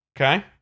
okay